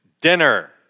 dinner